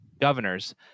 governors